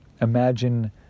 imagine